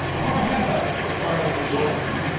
nor had i so far as result went.